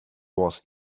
was